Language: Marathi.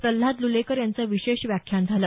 प्रल्हाद लुलेकर यांचं विशेष व्याख्यान झालं